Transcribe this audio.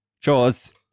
Chores